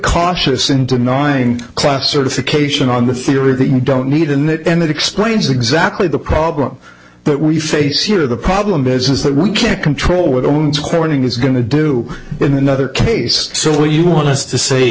cautious in denying class certification on the theory that you don't need in it and that explains exactly the problem that we face here the problem is is that we can't control what owns corning is going to do in another case so what you want us to say